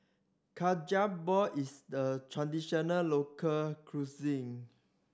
ball is a traditional local cuisine